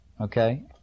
Okay